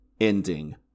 ending